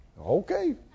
okay